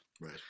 right